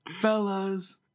fellas